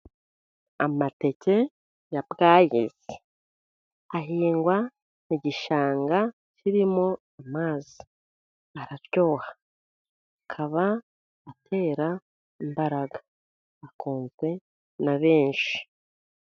Amateke ya bwayisi ahingwa mu gishanga kirimo amazi. Araryoha, akaba atera imbaraga. Akunzwe na benshi.